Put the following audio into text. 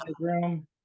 room